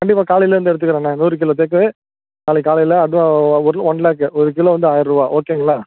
கண்டிப்பாக காலையில் வந்து எடுத்துக்குறேண்ணே நூறு கிலோ தேக்கு நாளைக்கு காலையில் அட்வா ஒரு ஒன் லேக்கு ஒரு கிலோ வந்து ஆயிர ரூபா ஓகேங்களா